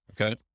okay